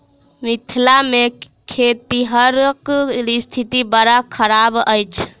मिथिला मे खेतिहरक स्थिति बड़ खराब अछि